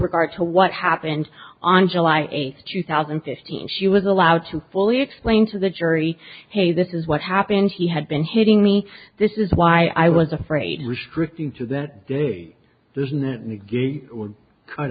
regard to what happened on july eighth two thousand and fifteen she was allowed to fully explain to the jury hey this is what happened he had been hitting me this is why i was afraid restricting to that this in the ga